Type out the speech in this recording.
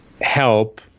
help